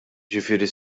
jiġifieri